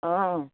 অঁ